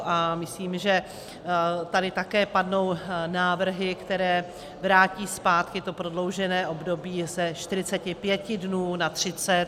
A myslím, že tady také padnou návrhy, které vrátí zpátky to prodloužené období ze 45 dnů na 30.